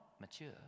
mature